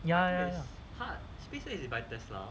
ya ya ya